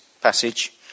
passage